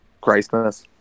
Christmas